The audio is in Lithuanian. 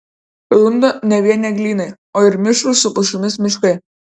runda ne vien eglynai o ir mišrūs su pušimis miškai